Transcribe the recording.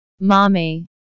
Mommy